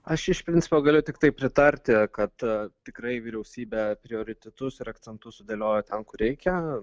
aš iš principo galiu tiktai pritarti kad tikrai vyriausybė prioritetus ir akcentus sudėliojo ten kur reikia